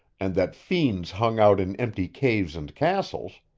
and that fiends hung out in empty caves and castles